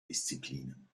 disziplinen